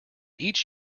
each